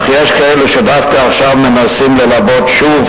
אך יש כאלה שדווקא עכשיו מנסים ללבות שוב